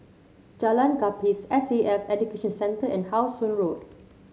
Jalan Gapis S A F Education Centre and How Sun Road